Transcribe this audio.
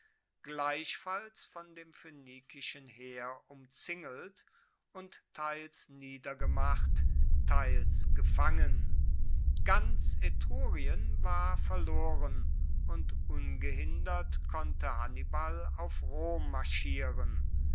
gleichfalls von dem phoenikischen heer umzingelt und teils niedergemacht teils gefangen ganz etrurien war verloren und ungehindert konnte hannibal auf rom marschieren